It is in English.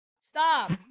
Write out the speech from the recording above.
stop